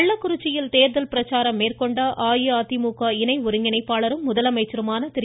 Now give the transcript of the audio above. கள்ளக்குறிச்சியில் தேர்தல் பிரச்சாரம் மேற்கொண்ட அஇஅதிமுக இணை ஒருங்கிணைப்பாளரும் முதலமைச்சருமான திரு